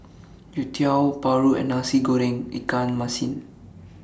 Youtiao Paru and Nasi Goreng Ikan Masin